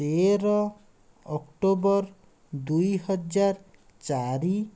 ତେର ଅକ୍ଟୋବର ଦୁଇହଜାର ଚାରି